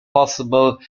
possible